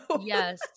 Yes